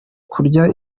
kurya